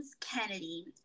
Kennedy